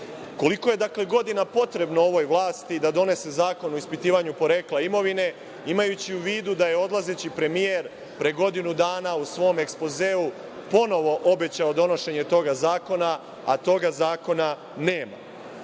Koliko je godina potrebno ovoj vlasti da donese zakon o ispitivanju porekla imovine, imajući u vidu da je odlazeći premijer pre godinu dana u svom ekspozeu ponovo obećao donošenje toga zakona, a toga zakona